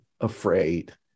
afraid